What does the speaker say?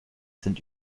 sind